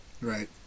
Right